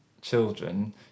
children